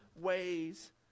ways